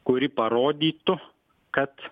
kuri parodytų kad